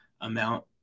amount